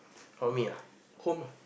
not me ah home